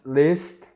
list